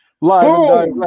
Live